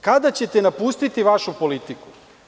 Kada ćete napustiti vašu politiku?